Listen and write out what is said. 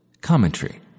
Commentary